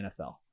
NFL